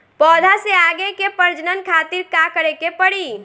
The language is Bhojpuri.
पौधा से आगे के प्रजनन खातिर का करे के पड़ी?